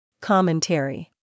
Commentary